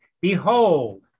Behold